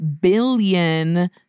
billion